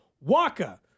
Waka